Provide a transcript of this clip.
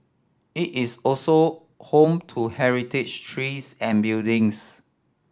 it is also home to heritage trees and buildings